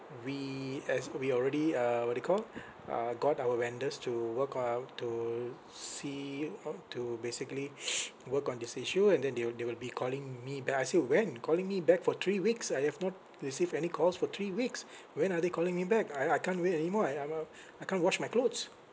we as we already uh what they call uh got our vendors to work out to see how to basically work on this issue and then they will they will be calling me but I say when calling me back for three weeks I have not received any calls for three weeks when are they calling me back I I can't wait anymore I I'm uh I can't wash my clothes